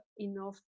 enough